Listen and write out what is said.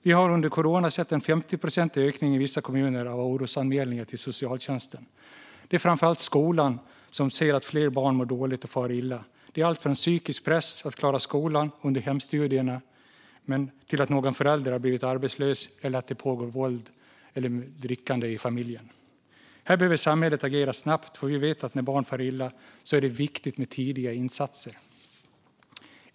Vi har under corona sett en 50-procentig ökning av orosanmälningar till socialtjänsten i vissa kommuner. Det är framför allt skolan som ser att fler barn mår dåligt och far illa. Det är allt från psykisk press att klara skolan under hemstudierna till att någon förälder har blivit arbetslös eller att det pågår våld eller drickande i familjen. Här behöver samhället agera snabbt, för vi vet att när barn far illa är det viktigt med tidiga insatser.